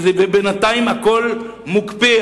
בינתיים הכול מוקפא,